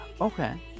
Okay